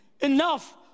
enough